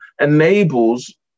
enables